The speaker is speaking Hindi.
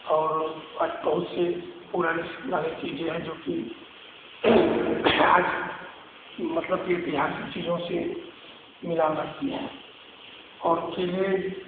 और बहुत सी पुराने से पुराने चीजें हैं जो कि आज मतलब की ऐतिहासिक चीजों से मिलान रखती हैं और किले